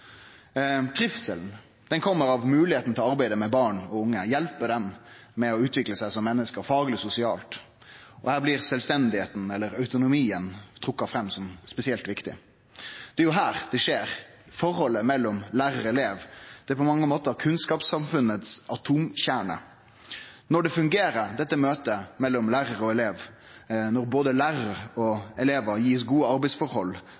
av moglegheita til å arbeide med barn og unge, hjelpe dei med å utvikle seg som menneske, fagleg og sosialt, og her blir sjølvstendet, autonomien, trekt fram som spesielt viktig. Det er her det skjer, forholdet mellom lærar og elev. Det er på mange måtar kunnskapssamfunnets atomkjerne. Når dette møtet mellom lærar og elev fungerer, når både lærarar og elevar får gode arbeidsforhold,